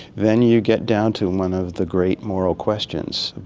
then you get down to one of the great moral questions.